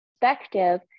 perspective